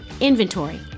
inventory